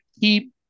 keep